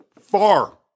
far